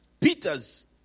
Peter's